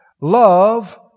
Love